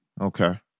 Okay